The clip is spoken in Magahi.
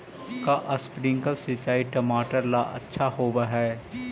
का स्प्रिंकलर सिंचाई टमाटर ला अच्छा होव हई?